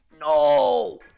No